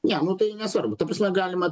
ne nu tai nesvarbu ta prasme galima